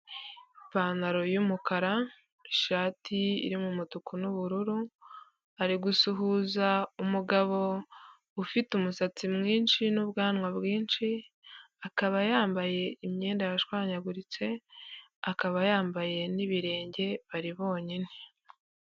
Ipantaro y'umukara ishati iri mu mutuku n'ubururu, ari gusuhuza umugabo ufite umusatsi mwinshi n'ubwanwa bwinshi, akaba yambaye imyenda yashwanyaguritse akaba yambaye n'ibirenge bari bonyine.